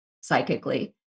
psychically